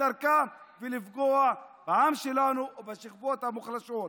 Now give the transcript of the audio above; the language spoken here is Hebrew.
דרכה ולפגוע בעם שלנו ובשכבות המוחלשות.